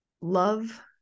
love